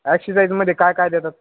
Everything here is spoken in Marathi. ॲक्शिसाईजमध्ये काय काय देतात